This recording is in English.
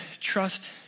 trust